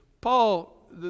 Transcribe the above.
Paul